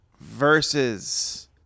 versus